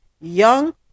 young